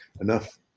Enough